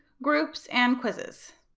groups, and quizzes.